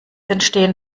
entstehen